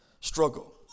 struggle